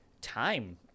time